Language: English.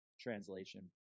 translation